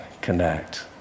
connect